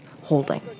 holding